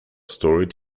storied